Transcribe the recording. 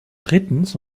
drittens